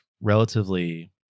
relatively